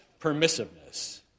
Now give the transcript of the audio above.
permissiveness